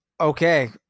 Okay